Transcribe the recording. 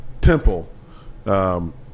Temple